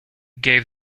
gave